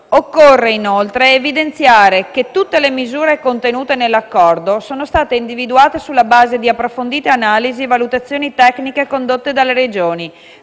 Occorre, inoltre, evidenziare che tutte le misure contenute nell'accordo sono state individuate sulla base di approfondite analisi e valutazioni tecniche condotte dalle Regioni,